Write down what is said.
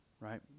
right